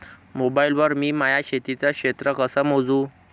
Mobile वर मी माया शेतीचं क्षेत्र कस मोजू?